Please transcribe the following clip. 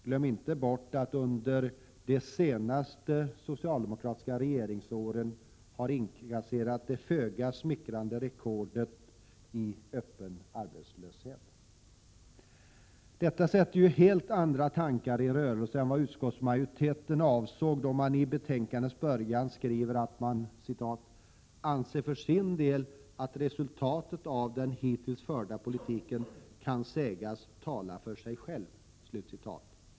Glöm inte bort att under de senaste socialdemokratiska regeringsåren har det föga smickrande rekordet i öppen arbetslöshet inkasserats. Detta sätter helt andra tankar i rörelse än vad utskottsmajoriteten avsåg då man i betänkandets början skriver att man ”anser för sin del att resultatet av den hittills förda politiken kan sägas tala för sig själv”.